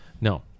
No